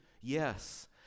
yes